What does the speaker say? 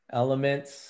elements